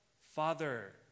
Father